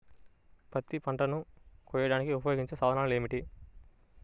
పత్తి పంటలను కోయడానికి ఉపయోగించే సాధనాలు ఏమిటీ?